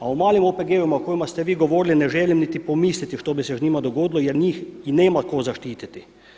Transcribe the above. A o malim OPG-ovima o kojima ste vi govorili ne želim niti pomisliti što bi se s njima dogodilo jer njih i nema tko zaštiti.